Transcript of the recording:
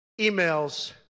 emails